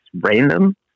random